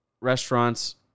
restaurant's